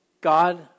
God